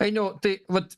ainiau tai vat